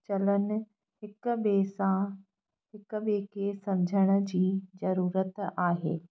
चलनि हिक ॿिए सां हिक ॿिए खे सम्झण जी ज़रूरत आहे